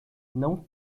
não